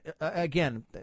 again